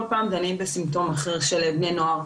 פעם דנים בסימפטום אחר של בני נוער.